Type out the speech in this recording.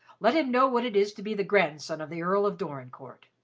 let him know what it is to be the grandson of the earl of dorincourt.